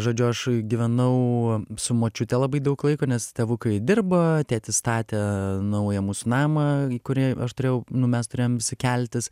žodžiu aš gyvenau su močiute labai daug laiko nes tėvukai dirba tėtis statė naują mūsų namą į kurį aš turėjau nu mes turėjom visi keltis